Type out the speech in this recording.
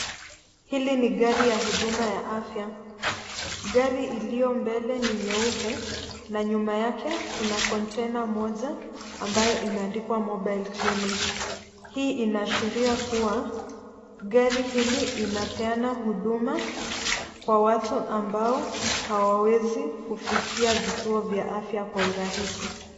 Hili ni gari la huduma ya afya. Gari iliyo mbele ni nyeupe na nyuma yake kuna container moja ambayo imeandikwa mobile clinic . Hii inaashiria kuwa gari hili inapeana huduma kwa watu ambao hawawezi kufikia vituo vya afya kwa urahisi.